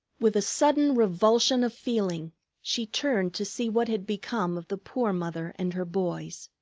with a sudden revulsion of feeling she turned to see what had become of the poor mother and her boys.